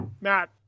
Matt